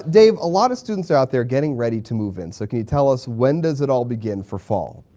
dave, a lot of students are out there getting ready to move in so can you tell us when does it all begin for fall?